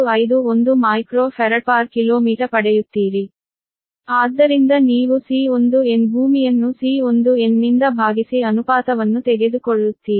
00951 µfkm ಪಡೆಯುತ್ತೀರಿ ಆದ್ದರಿಂದ ನೀವು C1n ಭೂಮಿಯನ್ನು C1n ನಿಂದ ಭಾಗಿಸಿ ಅನುಪಾತವನ್ನು ತೆಗೆದುಕೊಳ್ಳುತ್ತೀರಿ